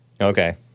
Okay